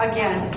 Again